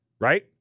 right